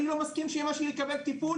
אני לא מסכים שאמא שלי תקבל טיפול